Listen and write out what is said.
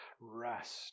rest